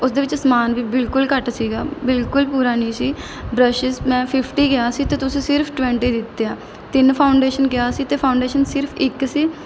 ਉਸ ਦੇ ਵਿੱਚ ਸਮਾਨ ਵੀ ਬਿਲਕੁਲ ਘੱਟ ਸੀਗਾ ਬਿਲਕੁਲ ਪੂਰਾ ਨਹੀਂ ਸੀ ਬਰੱਸ਼ਿਸ ਮੈਂ ਫਿਫਟੀ ਕਿਹਾ ਸੀ ਅਤੇ ਤੁਸੀਂ ਸਿਰਫ ਟਵੈਂਟੀ ਦਿੱਤੇ ਆ ਤਿੰਨ ਫਾਊਂਡੇਸ਼ਨ ਕਿਹਾ ਸੀ ਅਤੇ ਫਾਊਂਡੇਸ਼ਨ ਸਿਰਫ ਇੱਕ ਸੀ